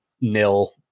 nil